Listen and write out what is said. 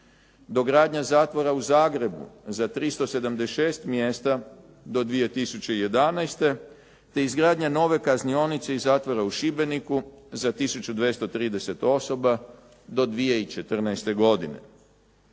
dogradnja zatvora u Zagrebu za 376 mjesta do 2011. te izgradnja nove kaznionice i zatvora u Šibeniku za 1230 osoba do 2014. godine.